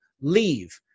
leave